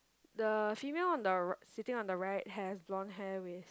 the female on the r~ sitting on the right has blonde hair with